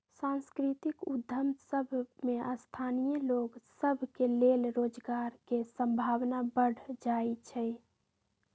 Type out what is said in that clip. सांस्कृतिक उद्यम सभ में स्थानीय लोग सभ के लेल रोजगार के संभावना बढ़ जाइ छइ